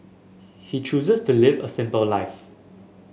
he chooses to live a simple life